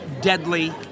deadly